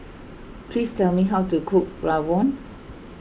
please tell me how to cook Rawon